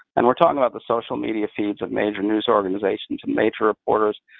and we're talking about the social media feeds of major news organizations and major reporters.